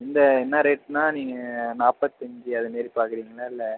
இந்த என்ன ரேட்னால் நீங்கள் நாற்பத்தஞ்சி அது மாரி பார்க்குறீங்களா இல்லை